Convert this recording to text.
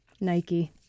Nike